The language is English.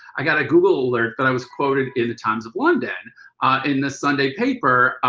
i got a google alert that i was quoted in times of one then in the sunday paper,